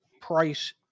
price